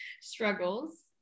struggles